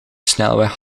snelweg